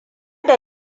da